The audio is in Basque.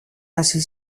hasi